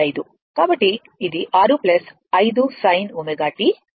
కాబట్టి ఇది 6 5 sin ω t అవుతుంది